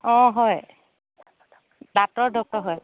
অঁ হয় দাঁতৰ ডক্তৰ হয়